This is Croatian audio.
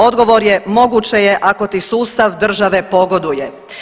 Odgovor je moguće je ako ti sustav države pogoduje.